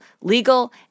legal